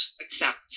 accept